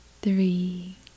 three